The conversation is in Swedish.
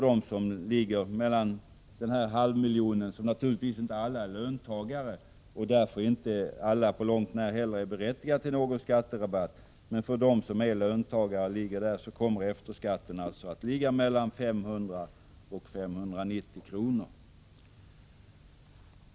De 500 000 inkomsttagarna är naturligtvis inte alla löntagare och därför inte berättigade till någon skatterabatt. Men för löntagarna kommer efterskatten att bli mellan 500 och 590 kr.